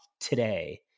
today